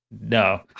No